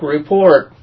Report